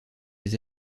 les